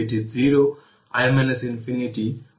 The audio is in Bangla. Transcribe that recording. তাহলে i কি হবে তা হল 4 1 5 ওহম এবং 10 ভোল্ট